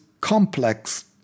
complex